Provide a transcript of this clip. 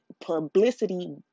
publicity